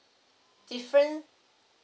different